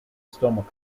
stomach